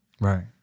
Right